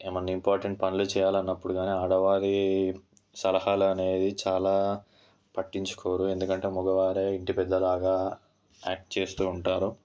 ఏమన్నా ఇంపార్టెంట్ పనులు చేయాలన్నా అప్పుడు కానీ ఆడవారి సలహాలు అనేది చాలా పట్టించుకోరు ఎందుకంటే మగవారి ఇంటి పెద్దలాగా యాక్ట్ చేస్తు ఉంటారు